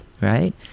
Right